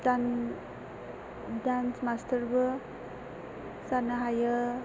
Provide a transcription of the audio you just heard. dance मासथारबो जानो हायो